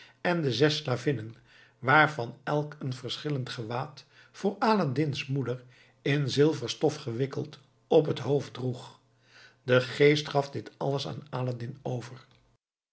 en de zes slavinnen waarvan elke een verschillend gewaad voor aladdin's moeder in zilverstof gewikkeld op het hoofd droeg de geest gaf dit alles aan aladdin over